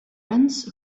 runs